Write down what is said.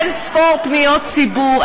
אין-ספור פניות ציבור,